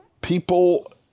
People